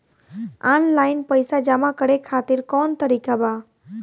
Online पइसा जमा करे खातिर कवन तरीका बा?